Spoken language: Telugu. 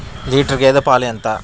లీటర్ గేదె పాలు ఎంత?